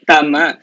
Tama